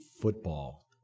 football